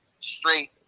straight